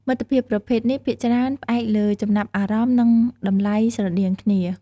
មិត្តភាពប្រភេទនេះភាគច្រើន ផ្អែកលើចំណាប់អារម្មណ៍ និងតម្លៃ ស្រដៀងគ្នា។